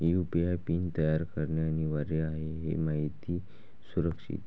UPI PIN तयार करणे अनिवार्य आहे हे माहिती सुरक्षित